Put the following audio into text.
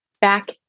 back